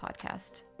podcast